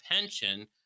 pension